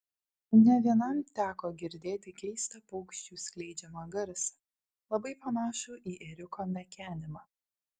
ne vienam teko girdėti keistą paukščių skleidžiamą garsą labai panašų į ėriuko mekenimą